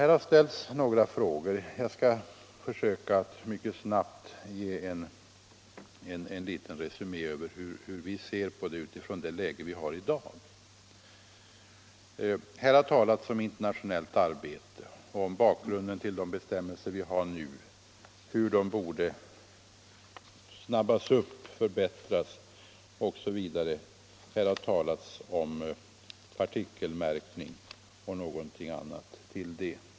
Här har ställts några frågor, och jag skall försöka att mycket snabbt ge en liten resumé över hur vi ser på problemet utifrån det läge som vi har i dag. Det har talats om internationellt samarbete och om bakgrunden till de bestämmelser vi har, hur de snabbt borde förbättras osv., och här har talats om partikelmärkning och annat.